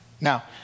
Now